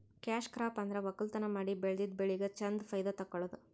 cash crop ಅಂದ್ರ ವಕ್ಕಲತನ್ ಮಾಡಿ ಬೆಳದಿದ್ದ್ ಬೆಳಿಗ್ ಚಂದ್ ಫೈದಾ ತಕ್ಕೊಳದು